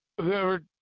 whoever